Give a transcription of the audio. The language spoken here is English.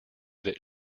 that